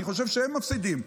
אני חושב שהם מפסידים.